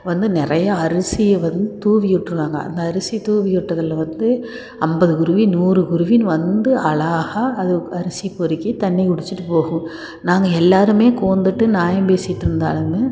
வந்து நிறையா அரிசியை வந்து தூவி விட்ருவாங்க அந்த அரிசி தூவி விட்டதுல வந்து ஐம்பது குருவி நூறு குருவின்னு வந்து அழகாக அது அரிசி பொறுக்கி தண்ணி குடிச்சுட்டு போகும் நாங்கள் எல்லோருமே கோந்த்துட்டு நாயம் பேசிகிட்ருந்தாலுமே